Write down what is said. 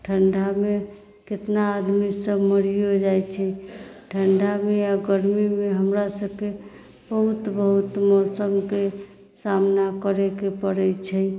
ठण्डामे कितना आदमीसभ मरियो जाइत छै ठण्डामे या गर्मीमे हमरासभके बहुत बहुत मौसमके सामना करैके पड़ैत छै